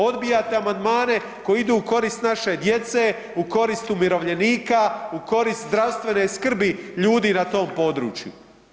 Odbijate amandmane koji idu u korist naše djece, u korist umirovljenika, u korist zdravstvene skrbi ljudi na tom području.